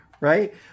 Right